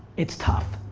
it's tough.